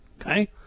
okay